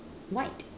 white